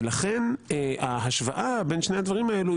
לכן ההשוואה בין שני הדברים האלה,